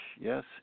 Yes